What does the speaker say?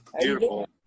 Beautiful